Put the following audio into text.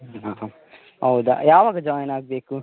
ಹಾಂ ಹಾಂ ಹೌದಾ ಯಾವಾಗ ಜಾಯಿನ್ ಆಗಬೇಕು